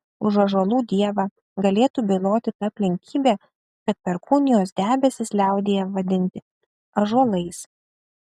už ąžuolų dievą galėtų byloti ta aplinkybė kad perkūnijos debesys liaudyje vadinti ąžuolais